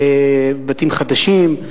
בתים חדשים.